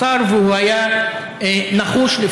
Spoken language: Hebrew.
ככה רועמים והיו מתרגשים מאוד אם היה מדובר בחינוכית,